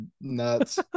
nuts